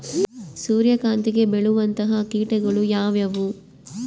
ಸೂರ್ಯಕಾಂತಿಗೆ ಬೇಳುವಂತಹ ಕೇಟಗಳು ಯಾವ್ಯಾವು?